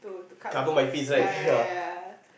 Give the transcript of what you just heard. for you to cut off ya ya ya